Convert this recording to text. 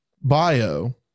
bio